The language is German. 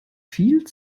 viel